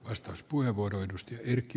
arvoisa puhemies